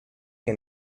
che